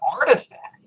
artifact